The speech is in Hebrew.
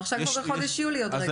בחודש יולי בעוד רגע.